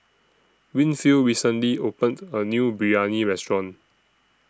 Winfield recently opened A New Biryani Restaurant